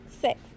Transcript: Six